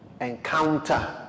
encounter